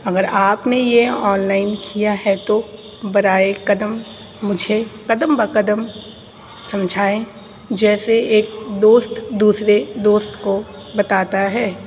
اگر آپ نے یہ آن لائن کیا ہے تو برائے کرم مجھے قدم با قدم سمجھائیں جیسے ایک دوست دوسرے دوست کو بتاتا ہے